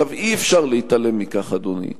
אי-אפשר להתעלם, אדוני,